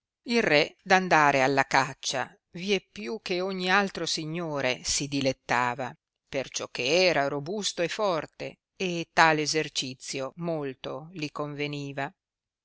il re d andare alla caccia vie più che ogni altro signore si dilettava perciò che era robusto e forte e tal esercizio molto li conveniva